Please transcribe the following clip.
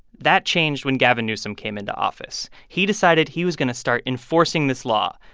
that changed when gavin newsom came into office. he decided he was going to start enforcing this law.